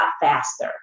faster